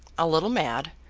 a little mad,